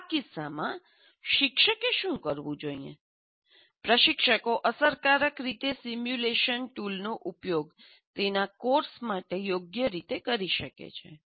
આવા કિસ્સામાં શિક્ષકે શું કરવું જોઈએ પ્રશિક્ષકો અસરકારક રીતે સિમ્યુલેશન ટૂલનો ઉપયોગ તેના કોર્સ માટે યોગ્ય રીતે કરી શકે છે